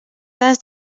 dades